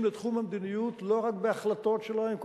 לתחום המדיניות לא רק בהחלטות שלהם,